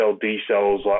D-cells